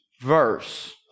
verse